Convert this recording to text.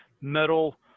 metal